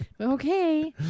Okay